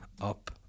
Up